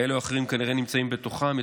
כאלה או אחרים כנראה נמצאים בתוכן.